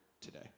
today